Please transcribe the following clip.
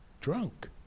Drunk